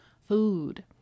food